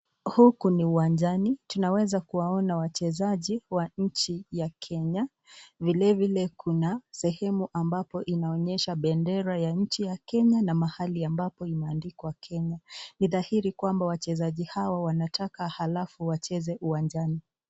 Huku ni uwanjani. Tunaweza kuwaona wachezaji wa nchi ya Kenya. Vilevile kuna sehemu ambapo inaonyesha bendera ya nchi ya Kenya na mahali ambapo imeandikwa Kenya. Ni dhahiri kwamba wachezaji hawa wanataka halafu wacheze uwanjani.